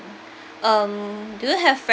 um do you have